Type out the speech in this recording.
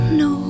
no